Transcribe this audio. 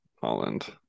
Holland